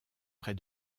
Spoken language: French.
près